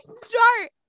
start